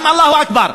גם אללהו אכבר.